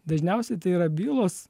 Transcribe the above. dažniausiai tai yra bylos